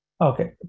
Okay